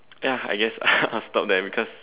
ya I guess I'll stop there because